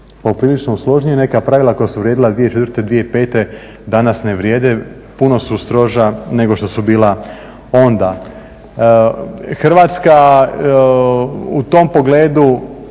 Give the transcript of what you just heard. poprilično usložnije. Neka pravila koja su vrijedila 2004., 2005. danas ne vrijede, puno su stroža nego što su bila onda. Hrvatska u tom pogledu